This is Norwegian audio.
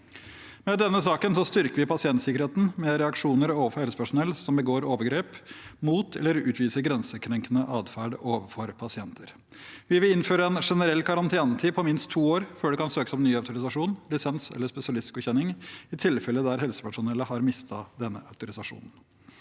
Med denne saken styrker vi pasientsikkerheten med reaksjoner overfor helsepersonell som begår overgrep mot eller utviser grensekrenkende atferd overfor pasienter. Vi vil innføre en generell karantenetid på minst to år før det kan søkes om ny autorisasjon, lisens eller spesialistgodkjenning, i tilfeller der helsepersonellet har mistet denne autorisasjonen.